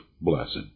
blessed